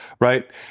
right